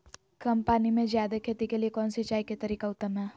कम पानी में जयादे खेती के लिए कौन सिंचाई के तरीका उत्तम है?